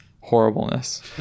horribleness